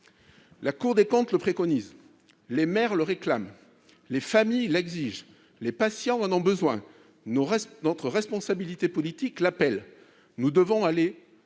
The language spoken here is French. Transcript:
La Cour des comptes le préconise, les maires le réclament, les familles l'exigent, les patients en ont besoin et notre responsabilité politique l'appelle : nous devons aller